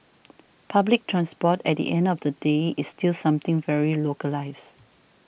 public transport at the end of the day is still something very localised